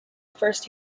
first